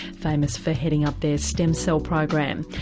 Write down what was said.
famous for heading up their stem cell program.